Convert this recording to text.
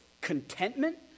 contentment